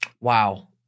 Wow